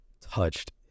touched